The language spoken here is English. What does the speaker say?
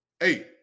Eight